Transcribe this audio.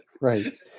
Right